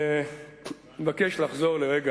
נכון.